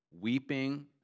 weeping